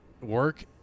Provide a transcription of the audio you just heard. work